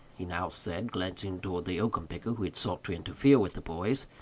he now said, glancing towards the oakum-picker who had sought to interfere with the boys,